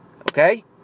Okay